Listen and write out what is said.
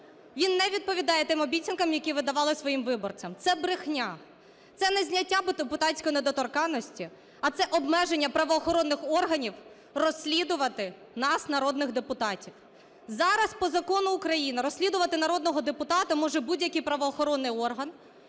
він не відповідає тим обіцянкам, які ви давали своїм виборцям. Це брехня, це не зняття депутатської недоторканності, а це обмеження правоохоронних органів розслідувати нас, народних депутатів. Зараз по Закону України розслідувати народного депутата може будь-який правоохоронний орган.